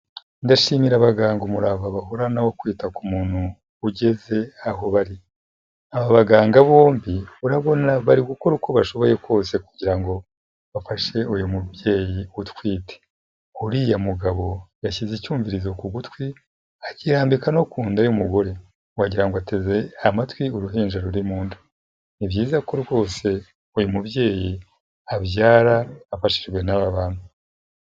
Ndashimira abaganga umurava bahorana wo kwita ku muntu ugeze aho bari. Aba baganga bombi urabona bari gukora uko bashoboye kose kugira ngo bafashe uyu mubyeyi utwite. Uriya mugabo yashyize icyumvirizo ku gutwi akirambika no ku nda y'umugore. Wagira ngo ateze amatwi uruhinja ruri mu nda. Ni byiza ko rwose uyu mubyeyi abyara afashijwe n'aba bantu.